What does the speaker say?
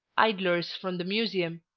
idlers from the museum,